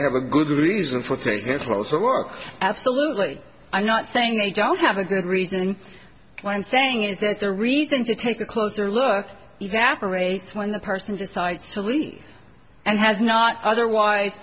have a good reason for thinking it's closer work absolutely i'm not saying they don't have a good reason what i'm saying is that the reason to take a closer look evaporates when the person decides to leak and has not otherwise